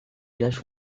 villages